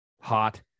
Hot